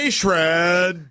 shred